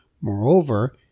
Moreover